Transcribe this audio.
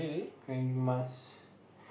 and you must